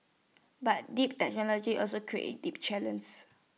but deep technology also creates deep challenges